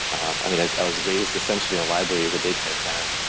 i like i was raised essentially library as a daycare center.